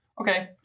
Okay